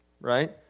Right